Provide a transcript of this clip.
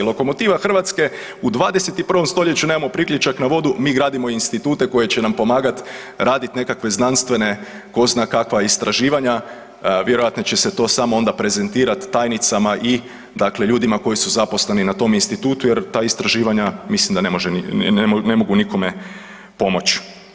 Lokomotiva Hrvatska u 21. stoljeću nemamo priključak na vodu, mi gradimo institute koje će nam pomagat radit nekakve znanstvene ko zna kakva istraživanja, vjerojatno će se to samo onda prezentirat tajnicama i dakle ljudima koji su zaposleni na tom institutu jer ta istraživanja mislim da ne mogu nikome pomoć.